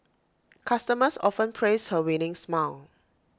customers often praise her winning smile